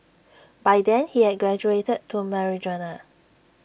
by then he had graduated to marijuana